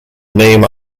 name